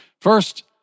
first